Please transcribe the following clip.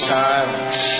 silence